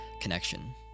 connection